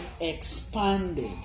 expanded